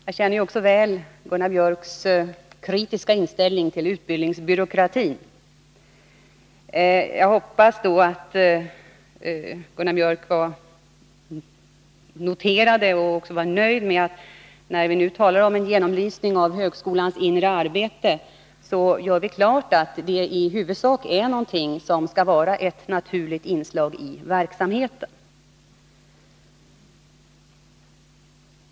Jag känner också väl Gunnar Biörcks kritiska inställning till utbildningsbyråkratin, men jag hoppas att han noterade och även är nöjd med att vi, när vi talar om en genomlysning av högskolans inre arbete, gör klart att detta är något som skall vara ett naturligt inslag i verksamheten.